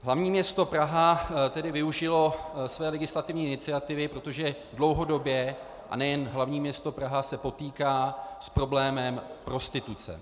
Hlavní město Praha tedy využilo své legislativní iniciativy, protože se dlouhodobě, a nejen hlavní město Praha, potýká s problémem prostituce.